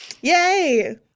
Yay